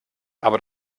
aber